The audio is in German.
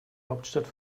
hauptstadt